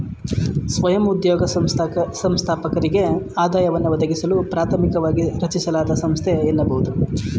ಸ್ವಯಂ ಉದ್ಯೋಗ ಸಂಸ್ಥಾಪಕರಿಗೆ ಆದಾಯವನ್ನ ಒದಗಿಸಲು ಪ್ರಾಥಮಿಕವಾಗಿ ರಚಿಸಲಾದ ಸಂಸ್ಥೆ ಎನ್ನಬಹುದು